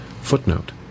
footnote